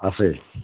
আছে